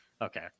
Okay